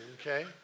Okay